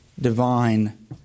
divine